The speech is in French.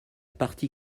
partie